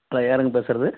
hello யாருங்க பேசுகிறது